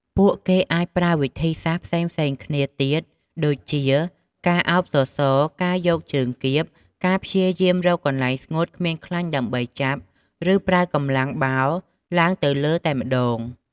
ពួកគេអាចប្រើវិធីសាស្រ្តផ្សេងៗគ្នាទៀតដូចជា ការឱបសសរ ការយកជើងគៀប ការព្យាយាមរកកន្លែងស្ងួតគ្មានខ្លាញ់ដើម្បីចាប់ ឬប្រើកម្លាំងបោលឡើងទៅលើតែម្តង។